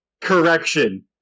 Correction